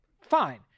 Fine